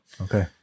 Okay